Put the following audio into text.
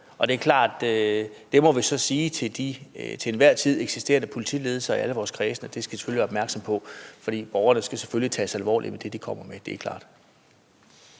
det må vi så sige til de til enhver tid eksisterende politiledelser i alle vores kredse at de selvfølgelig skal være opmærksom på, fordi borgerne skal selvfølgelig tages alvorligt med det, de kommer med. Det er klart.